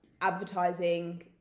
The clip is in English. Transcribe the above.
advertising